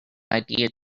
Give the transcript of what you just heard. idea